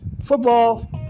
football